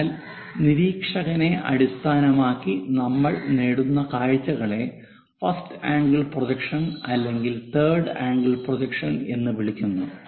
അതിനാൽ നിരീക്ഷകനെ അടിസ്ഥാനമാക്കി നമ്മൾ നേടുന്ന കാഴ്ചകളെ ഫസ്റ്റ് ആംഗിൾ പ്രൊജക്ഷൻ അല്ലെങ്കിൽ തേർഡ് ആംഗിൾ പ്രൊജക്ഷൻ എന്ന് വിളിക്കുന്നു